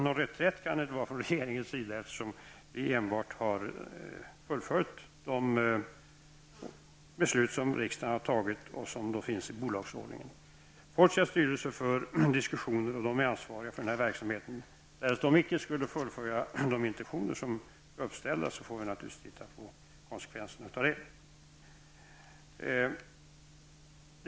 Någon reträtt från regeringens sida kan det alltså inte vara fråga om. Vi har bara fullföljt de beslut som riksdagen har fattat och som återfinns i bolagsordningen. Fortias styrelse för diskussioner, och man är också ansvarig för den här verksamheten. Därest man icke skulle fullfölja de intentioner som finns, får vi naturligtvis titta på konsekvenserna i det sammanhanget.